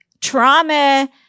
trauma